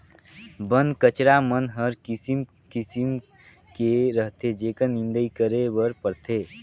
बन कचरा मन हर किसिम किसिम के रहथे जेखर निंदई करे बर परथे